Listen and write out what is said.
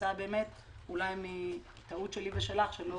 כתוצאה מטעות שלי ושלך שלא